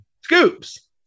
Scoops